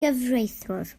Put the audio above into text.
gyfreithiwr